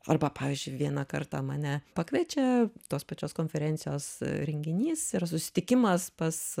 arba pavyzdžiui vieną kartą mane pakviečia tos pačios konferencijos renginys ir susitikimas pas